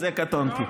קטונתי.